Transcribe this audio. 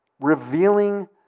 revealing